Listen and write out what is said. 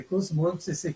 זה קורס מאוד בסיסי,